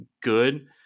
good